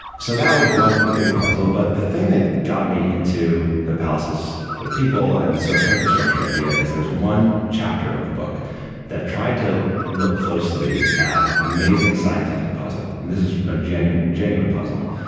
so that was one big puzzle. but the thing that got me into the palaces for the people and social infrastructure idea is there was one chapter of the book that tried to look closely at an amazing scientific puzzle. and this is a genuine genuine puzzle.